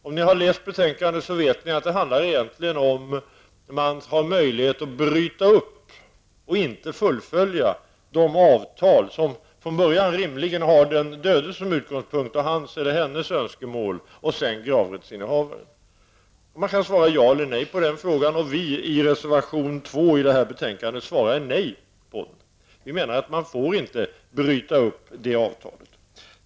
Om ni har läst betänkandet, så vet ni att det egentligen handlar om huruvida man har möjlighet att bryta -- och inte fullfölja -- det avtal som från början rimligen har som utgångspunkt den dödes önskemål, och sedan gravrättsinnehavarens. Man kan svara ja eller nej, och vi som står för reservation 2 i det här betänkandet svarar nej. Vi menar att man inte får bryta det avtalet.